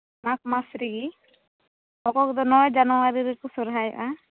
ᱢᱟᱜᱽ ᱢᱟᱥ ᱨᱮᱜᱤ ᱚᱠᱚᱭ ᱠᱚᱫᱚ ᱱᱚᱭ ᱡᱟᱱᱩᱣᱟᱨᱤ ᱨᱮᱠᱚ ᱥᱚᱨᱦᱟᱭᱚᱜᱼᱟ